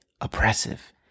oppressive